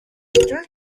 during